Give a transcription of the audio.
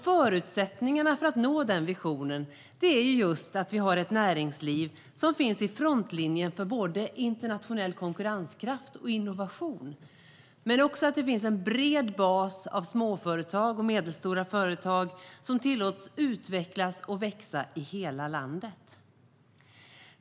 Förutsättningarna för att nå den visionen är att vi har ett näringsliv som finns i frontlinjen för både internationell konkurrenskraft och innovation, men också att det finns en bred bas av småföretag och medelstora företag som tillåts utvecklas och växa i hela landet.